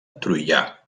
troià